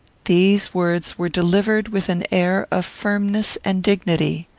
these words were delivered with an air of firmness and dignity.